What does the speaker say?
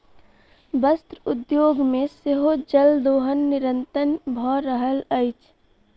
वस्त्र उद्योग मे सेहो जल दोहन निरंतन भ रहल अछि